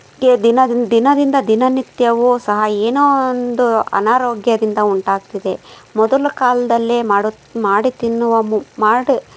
ದ್ ದಿನ ದಿನದಿಂದ ದಿನನಿತ್ಯವೂ ಸಹ ಏನೋ ಒಂದು ಅನಾರೋಗ್ಯದಿಂದ ಉಂಟಾಗ್ತಿದೆ ಮೊದಲ ಕಾಲದಲ್ಲೇ ಮಾಡು ಮಾಡಿ ತಿನ್ನುವ ಮು ಮಾಡಿ